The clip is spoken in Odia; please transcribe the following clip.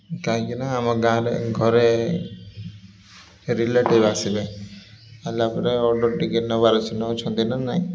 କାହିଁକିନା ଆମ ଗାଁରେ ଘରେ ରିଲେଟିଭ୍ ଆସିବେ ହେଲା ପରେ ଅର୍ଡ଼ର୍ ଟିକିଏ ନେବାର ଅଛି ନେଉଛନ୍ତି ନା ନାଇଁ